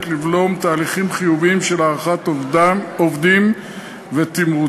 לבלום תהליכים חיוביים של הערכת עובדים ותמרוצם,